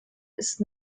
ist